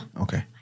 Okay